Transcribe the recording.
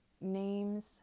names